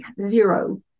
zero